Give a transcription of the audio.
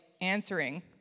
answering